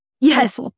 yes